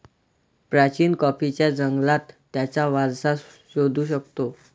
प्राचीन कॉफीच्या जंगलात त्याचा वारसा शोधू शकतो